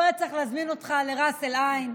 הוא היה צריך להזמין אותך לראס אל-עין,